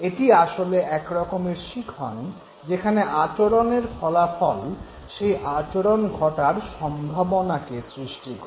এটি আসলে একরকমের শিখন যেখানে আচরণের ফলাফল সেই আচরণ ঘটার সম্ভাবনা সৃষ্টি করে